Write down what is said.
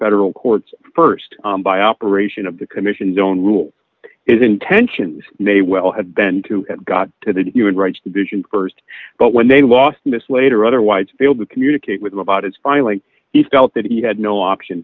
federal courts st by operation of the commission don't rule is intentions may well have been to got to the human rights division st but when they lost mislaid or otherwise failed to communicate with them about its filing he felt that he had no option